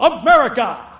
America